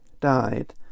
died